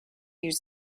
use